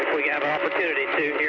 we have an opportunity here